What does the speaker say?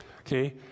Okay